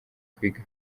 kwiga